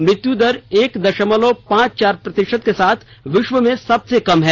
मृत्यु दर एक दशमलव पांच चार प्रतिशत के साथ विश्व में सबसे कम है